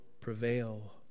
prevail